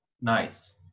Nice